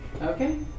Okay